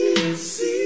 See